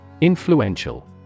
influential